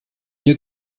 ihr